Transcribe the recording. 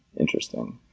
interesting.